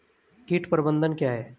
कीट प्रबंधन क्या है?